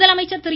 முதலமைச்சர் திரு